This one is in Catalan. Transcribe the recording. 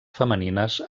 femenines